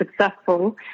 successful